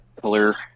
color